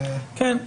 כן,